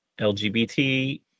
lgbt